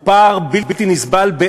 הוא פער בלתי נסבל,